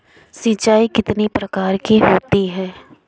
सिंचाई कितनी प्रकार की होती हैं?